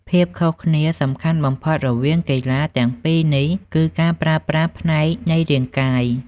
ភាពខុសគ្នាសំខាន់បំផុតរវាងកីឡាទាំងពីរនេះគឺការប្រើប្រាស់ផ្នែកនៃរាងកាយ។